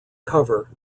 cover